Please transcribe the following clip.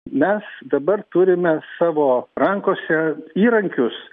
mes dabar turime savo rankose įrankius